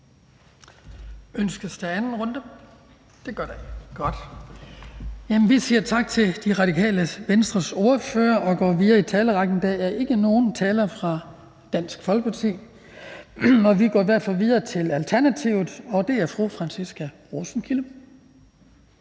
Ønskes der endnu en kort bemærkning? Det gør der ikke. Vi siger tak til Radikale Venstres ordfører og går videre i talerrækken. Der er ikke nogen taler fra Dansk Folkeparti. Vi går videre til Alternativets ordfører, og det er fru Franciska Rosenkilde.